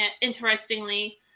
interestingly